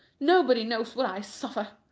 nobody knows what i suffer.